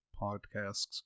podcasts